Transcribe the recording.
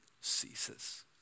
ceases